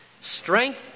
strength